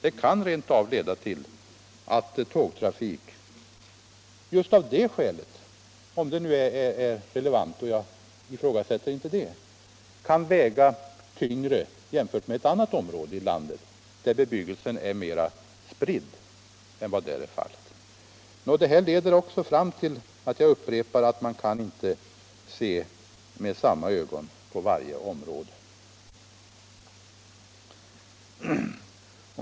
Detta kan rent av leda till att tågtrafik just på grund av bebyggelsen anses mera lämplig där än i ett annat område i landet, där bebyggelsen är mera splittrad. Man kan alltså inte se med samma ögon på varje område.